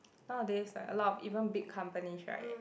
nowadays like a lot of even big companies right